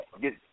get